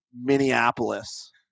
Minneapolis